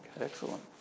excellent